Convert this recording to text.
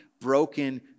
broken